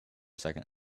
second